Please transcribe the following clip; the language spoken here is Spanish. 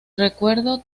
recuerdo